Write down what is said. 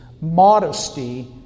Modesty